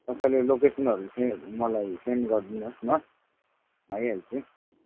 तपाईँले लोकेसनहरू चाहिँ मलाई सेन्ट गरिदिनुहोस् न म आइहाल्छु